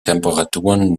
temperaturen